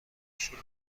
شیر